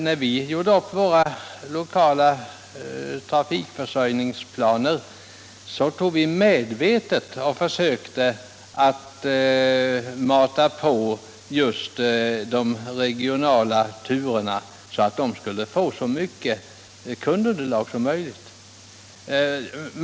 När vi gjorde upp våra lokala trafikförsörjningsplaner försökte vi medvetet att mata på just de regionala turerna för att de skulle få så stort resandeunderlag som möjligt.